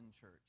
church